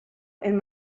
and